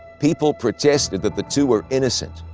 people protested that the two were innocent.